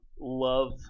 love